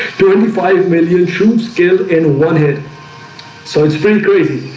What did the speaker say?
twenty five million troops killed in one hit so it's pretty weighty.